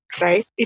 right